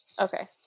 Okay